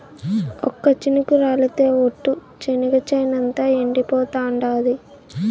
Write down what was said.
ఒక్క చినుకు రాలితె ఒట్టు, చెనిగ చేనంతా ఎండిపోతాండాది